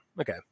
Okay